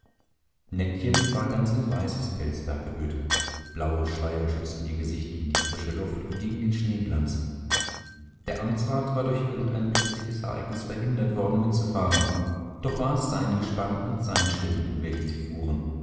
nettchen war ganz in weißes pelzwerk gehüllt blaue schleier schützten ihr gesicht gegen die frische luft und gegen den schneeglanz der amtsrat war durch irgendein plötzliches ereignis verhindert worden mitzufahren doch war es sein gespann und sein schlitten in welchem sie fuhren